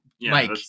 Mike